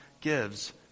gives